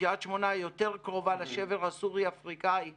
כי קריית שמונה יותר קרובה לשבר הסורי-אפריקאי -- כן.